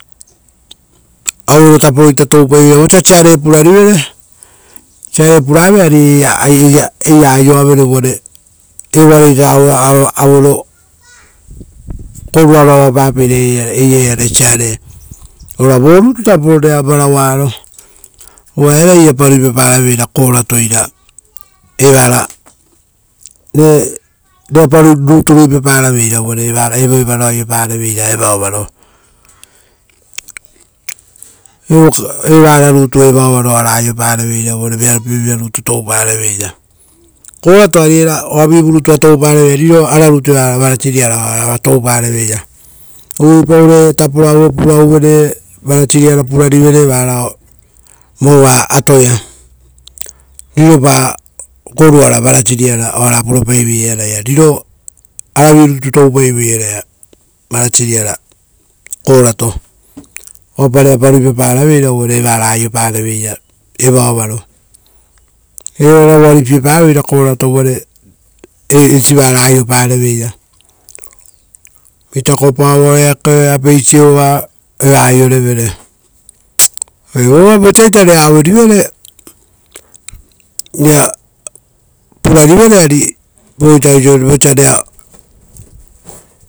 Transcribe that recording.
Auero tapo ita toupaiveira vosa sare purarivere, ora oira puravere, ari eira aioavere uvare eiraiare aue gorua avapapeira eiraiare siare, ora vorutu tapo rera vararo, uva era irapa ruipaparaveira korato. Rerapa ruipaparaveira uvare vearopie aioparoveira. Evara rutu evaovaro oara aiopareveira, uva vearopievira rutu toupareveira. Korato ari era oavivurutu toupa reveira, riroaravi rutu ruva ruara oarava toupareveira. Uvuipau ra reraiava ruvarua purarivere vova atoia, riropa goruara ruvaruara oara purapaiveira eraia ora riro aravi rutu toupaivoi ruvaruara eraia korato, oaiava rerapa ruipaparaveira uvare varao aiopareveira evaovaro, era rovopato korato uvare eisi vara aiopareveira, itakopaovaroora apeisi ova ari eva aiorevere